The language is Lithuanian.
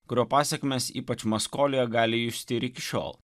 kurio pasekmes ypač maskoliai gali justi ir iki šiol